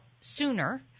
sooner